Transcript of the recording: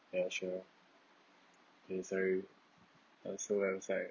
ya sure kay sorry so I was like